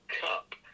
Cup